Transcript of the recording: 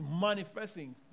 manifesting